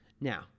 Now